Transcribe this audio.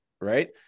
Right